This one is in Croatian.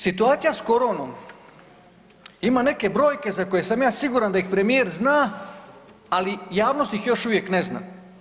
Situacija s koronom ima neke brojke za koje sam ja siguran da ih premijer zna, ali javnost ih još uvijek ne zna.